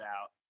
out